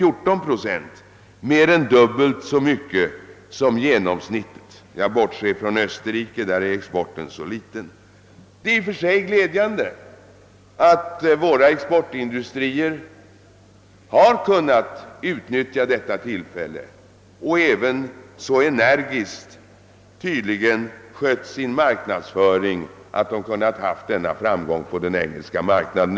v. s. dubbelt så mycket som genomsnittet — jag bortser från Österrike vars export är mycket liten. Det är i och för sig glädjande att våra exportindustrier kunde utnyttja detta tillfälle och tydligen skötte sin marknadsföring så energiskt att de kunde vinna denna framgång på den engelska marknaden.